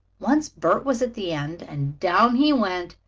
once bert was at the end and down he went,